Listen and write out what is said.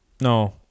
no